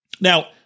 Now